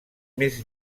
més